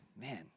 man